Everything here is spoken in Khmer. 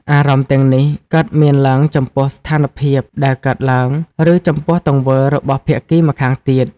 អារម្មណ៍ទាំងនេះកើតមានឡើងចំពោះស្ថានភាពដែលកើតឡើង ឬចំពោះទង្វើរបស់ភាគីម្ខាងទៀត។